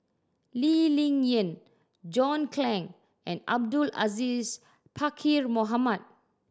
Lee Ling Yen John Clang and Abdul Aziz Pakkeer Mohamed